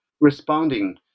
responding